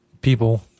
people